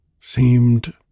seemed